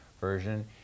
version